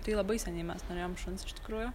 tai labai seniai mes norėjome šuns iš tikrųjų